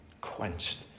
quenched